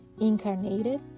incarnated